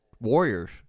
warriors